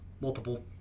Multiple